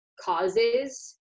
causes